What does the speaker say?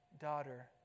daughter